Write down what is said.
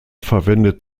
verwendet